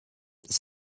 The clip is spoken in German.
das